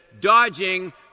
dodging